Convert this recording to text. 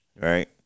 Right